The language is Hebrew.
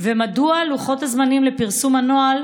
2. מהם לוחות הזמנים לפרסום הנוהל